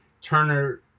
Turner